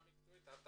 זה